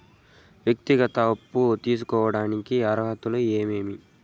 వ్యక్తిగత అప్పు తీసుకోడానికి అర్హతలు ఏమేమి